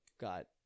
got